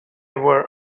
were